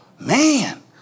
Man